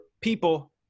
people